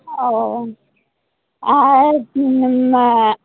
ᱚᱻ ᱟᱨ ᱪᱮᱫᱤᱧ ᱢᱮᱱᱮᱫᱟ